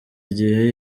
igihe